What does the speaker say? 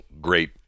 great